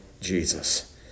Jesus